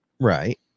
Right